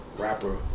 Rapper